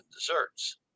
desserts